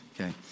Okay